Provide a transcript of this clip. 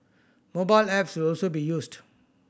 mobile apps will also be used